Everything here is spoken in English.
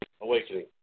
awakening